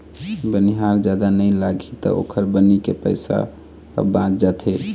बनिहार जादा नइ लागही त ओखर बनी के पइसा ह बाच जाथे